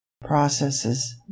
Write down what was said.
processes